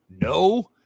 no